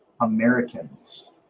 Americans